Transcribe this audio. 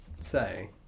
say